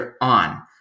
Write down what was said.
on